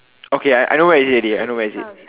okay I know where is it already I know where is it